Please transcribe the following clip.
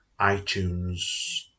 iTunes